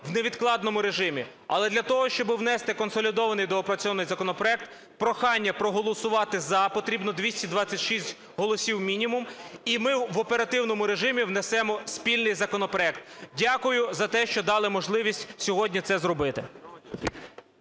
в невідкладному режимі. Але для того, щоби внести консолідований доопрацьований законопроект, прохання проголосувати "за" потрібно 226 голосів мінімум. І ми в оперативному режимі внесемо спільний законопроект. Дякую за те, що дали можливість сьогодні це зробити.